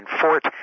fort